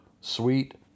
sweet